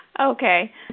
Okay